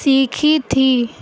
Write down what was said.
سیکھی تھی